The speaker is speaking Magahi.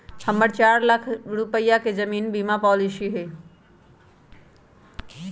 हम्मर चार लाख रुपीया के जीवन बीमा पॉलिसी हई